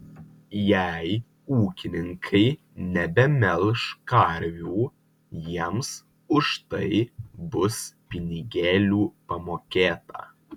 jei ūkininkai nebemelš karvių jiems už tai bus pinigėlių pamokėta